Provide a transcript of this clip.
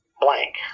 blank